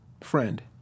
friend